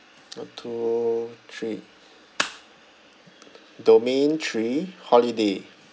uh two three domain three holiday